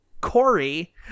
Corey